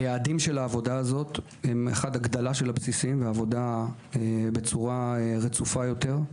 היעדים של העבודה הזאת הם: הגדלה של הבסיסים ועבודה בצורה רצופה יותר,